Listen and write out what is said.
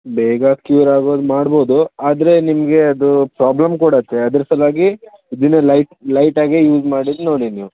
ಬೇಗ ಕ್ಯೂರಾಗೊ ಹಾಗೆ ಮಾಡ್ಬೋದು ಅದರೆ ನಿಮಗೆ ಅದು ಪ್ರಾಬ್ಲಮ್ ಕೊಡತ್ತೆ ಅದರ ಸಲುವಾಗಿ ಇದನ್ನೇ ಲೈಟ್ ಲೈಟಾಗಿ ಯೂಸ್ ಮಾಡಿ ನೋಡಿ ನೀವು